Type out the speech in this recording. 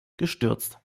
gestürzt